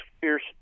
fierce